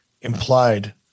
implied